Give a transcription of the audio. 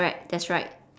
correct that's right